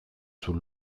sous